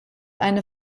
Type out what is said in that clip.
eine